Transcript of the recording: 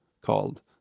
called